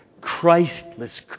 Christless